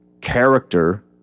character